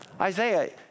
Isaiah